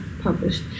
published